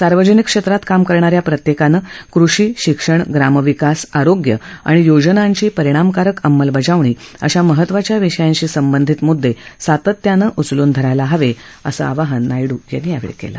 सार्वजनिक क्षेत्रात काम करणाऱ्या प्रत्येकानं कृषी शिक्षण ग्रामविकास आरोग्य आणि योजनांची परिणामकारक अंमलबजावणी अशा महत्वाच्या विषयांशी संबंधीत मुद्दे सातत्यानं उचलून धरायला हवे असं आवाहनही नायडू यांनी केलं